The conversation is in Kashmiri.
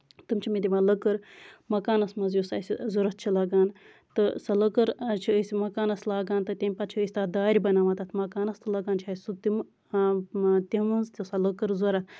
تِم چھِ دِوان مےٚ لٔکٔر مَکانَس منٛز یُس اَسہِ ضوٚرتھ چھِ لَگان تہٕ سۄ لٔکٔر آز چھِ أسۍ مَکانَس لگان تہٕ تَمہِ پَتہٕ چھِ أسۍ تَتھ دارِ بَناوان تَتھ مَکانَس تہٕ لَگان چھُ اَسہِ سُہ تِم تِہِنز تہِ سۄ لٔکر ضوٚرتھ